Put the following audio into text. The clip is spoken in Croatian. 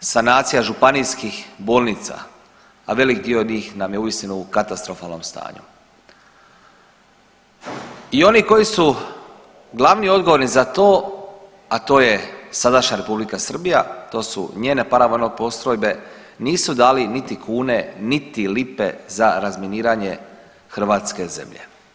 sanacija županijskih bolnica, a velik dio njih nam je uistinu u katastrofalnom stanju i oni koji su glavni i odgovorni za to, a to je sadašnja Republika Srbija, to su njene paravojne postrojbe nisu dali niti kune, niti lipe za razminiranje hrvatske zemlje.